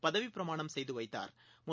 பதவிப்பிரமாணம் செய்துவைத்தாா்